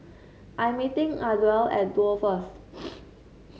I'm meeting Ardelle at Duo first